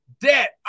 debt